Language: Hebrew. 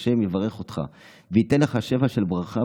השם יברך אותך וייתן לך שפע של ברכה,